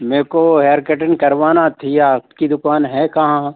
मेरेको hair cutting करवाना थी आपकी दुकान है कहाँ